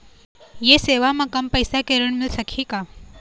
ये सेवा म कम पैसा के ऋण मिल सकही का?